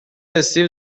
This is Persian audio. استیو